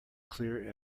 clear